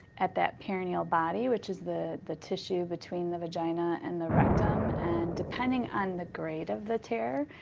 at that perineal body, which is the the tissue between the vagina and the rectum, and depending on the grade of the tear,